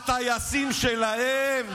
הטייסים שלהם.